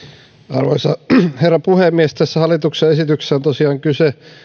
arvoisa herra puhemies tässä hallituksen esityksessä on tosiaan kyse